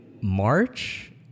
March